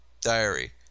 diary